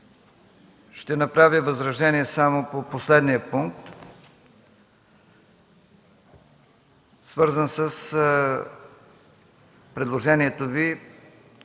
ще направя възражение само по последния пункт, свързан с предложението Ви,